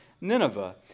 Nineveh